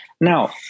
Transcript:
now